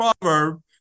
proverb